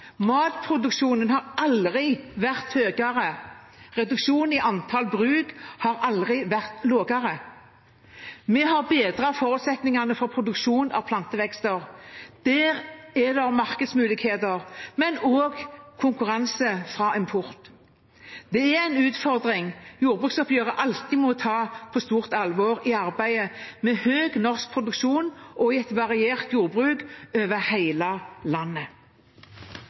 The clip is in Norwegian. Matproduksjonen har aldri vært høyere, reduksjonen i antall bruk har aldri vært lavere. Vi har bedret forutsetningene for produksjon av plantevekster. Der er det markedsmuligheter, men også konkurranse fra import. Det er en utfordring jordbruksoppgjøret alltid må ta på stort alvor i arbeidet med høy norsk produksjon og et variert jordbruk over hele landet.